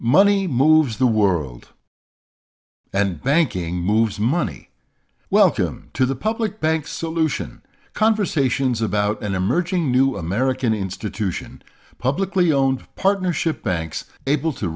money moves the world and banking moves money welcome to the public bank solution conversations about an emerging new american institution a publicly owned partnership banks able to